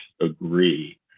agree